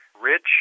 rich